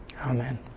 Amen